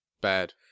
Bad